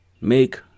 Make